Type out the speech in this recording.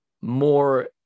more